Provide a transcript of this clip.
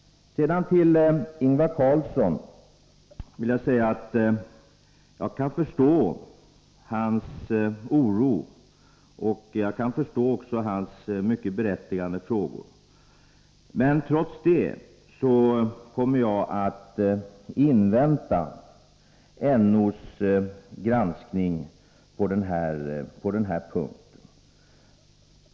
Till Ingvar Karlsson i Bengtsfors vill jag säga att jag kan förstå hans oro, och jag kan också förstå hans mycket berättigade frågor. Men trots detta kommer jag att invänta NO:s granskning på denna punkt.